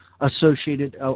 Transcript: associated